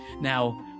Now